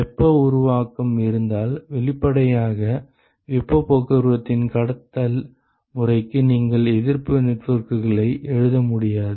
வெப்ப உருவாக்கம் இருந்தால் வெளிப்படையாக வெப்பப் போக்குவரத்தின் கடத்தல் முறைக்கு நீங்கள் எதிர்ப்பு நெட்வொர்க்குகளை எழுத முடியாது